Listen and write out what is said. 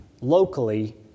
locally